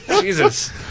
Jesus